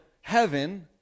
heaven